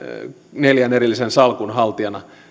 neljän erillisen salkun haltijana